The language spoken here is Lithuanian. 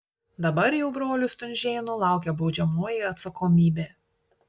dabar jau brolių stunžėnų laukia baudžiamoji atsakomybė